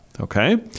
okay